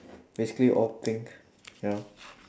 basically all pink ya